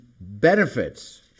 benefits